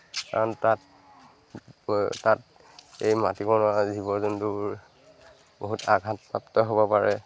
কাৰণ তাত তাত এই মাতিব নোৱাৰা জীৱ জন্তুবোৰ বহুত আঘাতপ্ৰাপ্ত হ'ব পাৰে